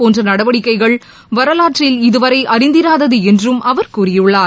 போன்றநடவடிக்கைகள் வரவாற்றில் இதுவரைஅறிந்திராததுஎன்றும் அவர் கூறியுள்ளார்